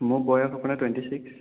মোৰ বয়স আপোনাৰ টুৱেণ্টি চিক্স